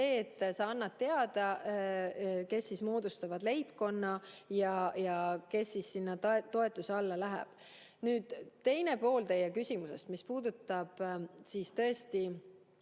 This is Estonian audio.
et sa annad teada, kes moodustavad sinu leibkonna ja kes sinna toetuse alla läheb. Nüüd teine pool teie küsimusest, mis puudutab ettevõtteid.